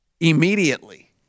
Immediately